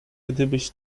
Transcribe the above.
gdybyś